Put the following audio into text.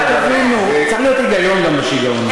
צריך להיות גם היגיון בשיגעון הזה.